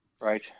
right